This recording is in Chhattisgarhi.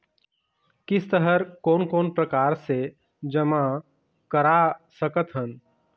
किस्त हर कोन कोन प्रकार से जमा करा सकत हन?